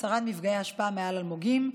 הסרת מפגעי אשפה מעל אלמוגים,